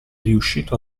riuscito